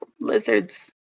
lizards